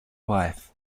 wife